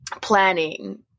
planning